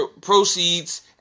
proceeds